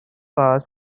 hours